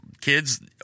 kids